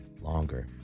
longer